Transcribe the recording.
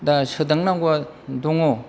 दा सोदांनांगौवा दङ